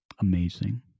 Amazing